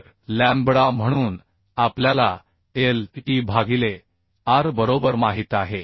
तर लॅम्बडा म्हणून आपल्याला L e भागिले R बरोबर माहित आहे